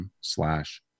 slash